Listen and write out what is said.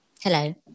Hello